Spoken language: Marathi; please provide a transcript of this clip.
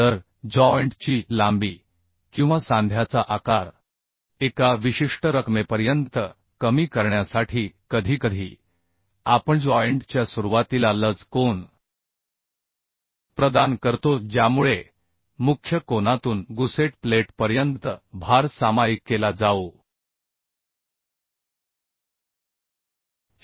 तर जॉइंट ची लांबी किंवा सांध्याचा आकार एका विशिष्ट रकमेपर्यंत कमी करण्यासाठी कधीकधी आपणजॉइंट च्या सुरुवातीला लज कोन प्रदान करतो ज्यामुळे मुख्य कोनातून गुसेट प्लेटपर्यंत भार सामायिक केला जाऊ शकतो